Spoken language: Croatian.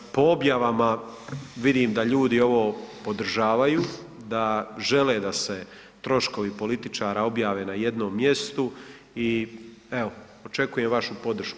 Po objavama vidim da ljudi ovo podržavaju, da žele da se troškovi političara objave na jednom mjestu i evo, očekujem vašu podršku.